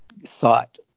thought